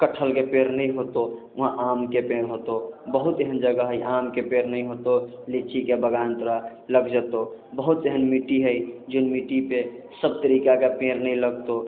कटहलके पेड़ नहि होतऽ वहाँ आमके पेड़ होतऽ बहुत एहन जगह हइ आमके पेड़ नहि होतऽ लीचीके बगान तोरा लगि जेतऽ बहुत एहन मिट्टी हइ जे मिट्टीपर सब तरीकाके पेड़ नहि लगतऽ